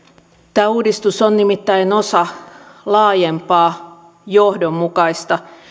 tämä uudistus on nimittäin osa laajempaa johdonmukaista